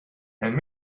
and